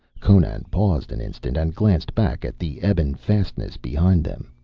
conan paused an instant and glanced back at the ebon fastness behind them.